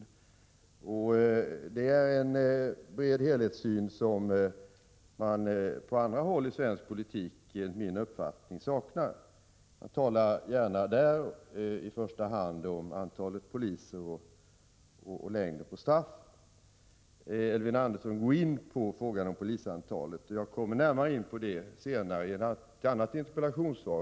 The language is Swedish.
Det är en bred helhetssyn som man på andra håll i svensk politik enligt min uppfattning saknar. Man talar gärna i första hand om antalet poliser och om längden av straff. Elving Andersson talade om antalet poliser och jag kommer närmare in på det senare i ett annat interpellationssvar.